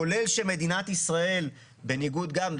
כולל שמדינת ישראל בניגוד גם,